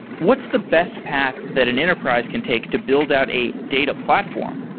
what's the best path that an enterprise can take to build out a data platform?